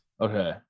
Okay